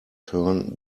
turn